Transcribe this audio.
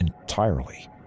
entirely